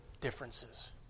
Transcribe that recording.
differences